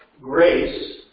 grace